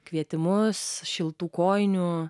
kvietimus šiltų kojinių